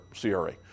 CRA